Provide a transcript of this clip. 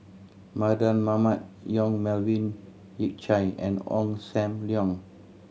Mardan Mamat Yong Melvin Yik Chye and Ong Sam Leong